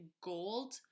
gold